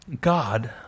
God